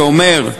שאומר: